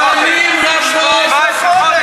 שנים רבות, 17 חודש.